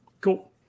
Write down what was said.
cool